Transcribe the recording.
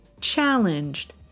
challenged